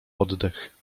oddech